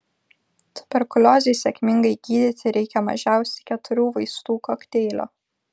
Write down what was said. tuberkuliozei sėkmingai gydyti reikia mažiausiai keturių vaistų kokteilio